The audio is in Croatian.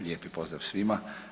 Lijepi pozdrav svima.